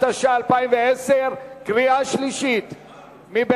התש"ע 2010, נתקבל.